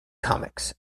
comics